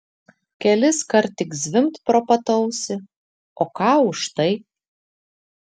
keliskart tik zvimbt pro pat ausį o ką už tai